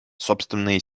собственные